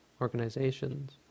organizations